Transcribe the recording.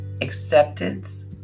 acceptance